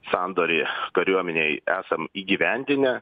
sandorį kariuomenei esam įgyvendinę